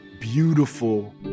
beautiful